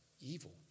evil